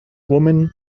woman